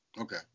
Okay